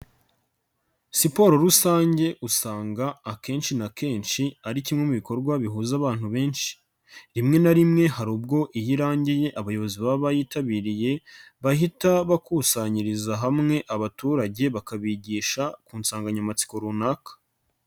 Siporo rusange usanga akenshi na kenshi ari kimwe mu bikorwa bihuza abantu benshi, rimwe na rimwe hari ubwo iyo irangiye abayobozi baba bayitabiriye, bahita bakusanyiriza hamwe abaturage bakabigisha ku nsanganyamatsiko runaka.